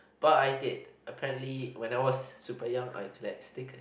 but I did apparently when I was super young I collect stickers